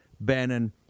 Bannon